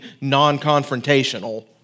non-confrontational